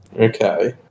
Okay